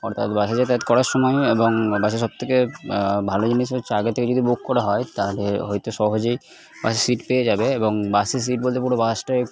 অর্থাৎ বাসে যাতায়াত করার সময়েও এবং বাসে সব থেকে ভালো জিনিস হচ্ছে আগে থেকে যদি বুক করা হয় তাহলে হয়ত সহজেই বাসে সিট পেয়ে যাবে এবং বাসে সিট বলতে পুরো বাসটা একটি